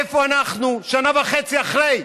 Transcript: איפה אנחנו שנה וחצי אחרי?